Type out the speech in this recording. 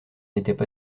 n’étaient